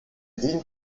dient